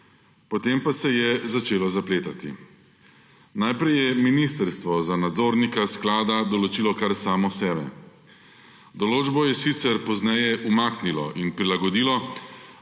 Potem pa se je začelo zapletati. Najprej je ministrstvo za nadzornika sklada določilo kar samo sebe. Določbo je sicer pozneje umaknilo in prilagodilo,